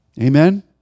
Amen